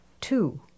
Two